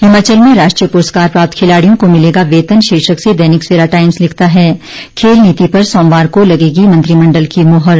हिमाचल में राष्ट्रीय पुरस्कार प्राप्त खिलाड़ियों को मिलेगा वेतन शीर्षक से दैनिक सवेरा टाईम्स लिखता है खेल नीति पर सोमवार को लगेगी मंत्रिमंडल की मोहर